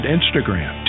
Instagram